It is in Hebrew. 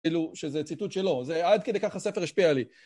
כאילו שזה ציטוט שלא, זה עד כדי כך הספר השפיע לי.